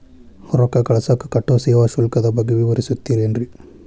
ರೊಕ್ಕ ಕಳಸಾಕ್ ಕಟ್ಟೋ ಸೇವಾ ಶುಲ್ಕದ ಬಗ್ಗೆ ವಿವರಿಸ್ತಿರೇನ್ರಿ?